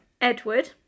Edward